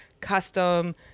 custom